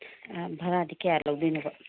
ꯑꯥ ꯚꯔꯥꯗꯤ ꯀꯌꯥ ꯂꯧꯗꯣꯏꯅꯣꯕ